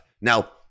Now